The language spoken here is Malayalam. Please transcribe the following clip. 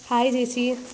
ഹായ് ചേച്ചി